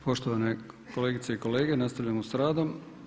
Poštovane kolegice i kolege, nastavljamo sa radom.